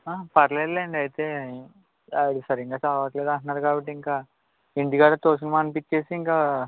ఆ పర్లేదులేండి ఐతే వాడు సరింగా చదవట్లేదు అంటన్నారుకాబట్టి ఇంక ఇంటికాడ ట్యూషన్ మానిపించేసి ఇంక